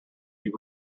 you